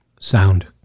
sound